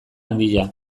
handia